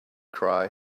cry